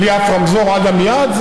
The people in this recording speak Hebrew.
בלי אף רמזור עד עמיעד.